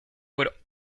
would